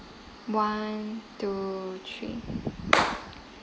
one two three